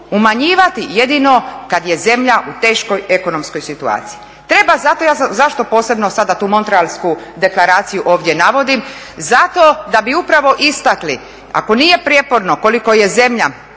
umanjivati jedino kad je zemlja u teškoj ekonomskoj situaciji. Treba zato, zašto posebno sada tu Montrealsku deklaraciju ovdje navodim? Zato da bi upravo istakli ako nije prijeporno koliko je zemlja